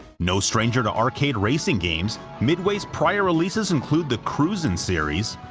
no stranger to arcade racing games, midway's prior releases include the cruis'n series,